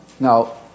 Now